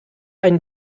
ein